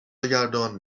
بگردان